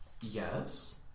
Yes